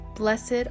Blessed